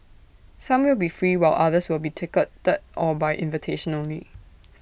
some will be free while others will be ticketed or by invitation only